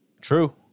True